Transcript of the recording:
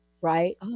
right